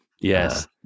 Yes